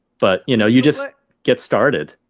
but you know you just get started.